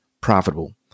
profitable